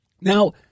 Now